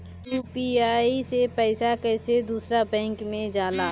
UPI से पैसा कैसे दूसरा बैंक मे जाला?